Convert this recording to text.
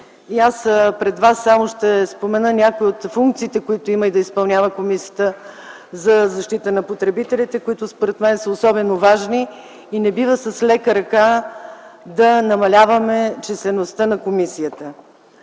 Пред вас ще спомена само някои от функциите, които има да изпълнява Комисията за защита на потребителите, които според мен са особено важни, и не бива с лека ръка да намаляваме числеността на комисията.